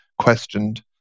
questioned